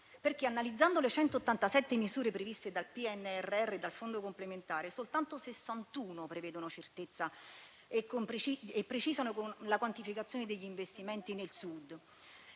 certezza. Analizzando le 187 misure previste dal PNRR e dal fondo complementare, soltanto 61 prevedono certezza e precisano la quantificazione degli investimenti nel Sud.